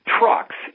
trucks